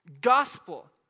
Gospel